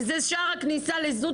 וזה שער הכניסה לזנות.